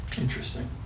Interesting